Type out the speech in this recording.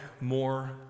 more